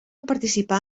participar